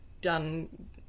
done